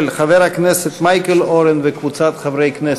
של חבר הכנסת מייקל אורן וקבוצת חברי הכנסת,